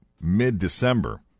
mid-December